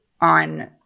on